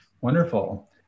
Wonderful